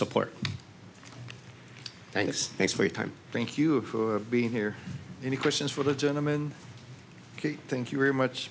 support thanks thanks for your time thank you for being here any questions for the gentleman thank you very much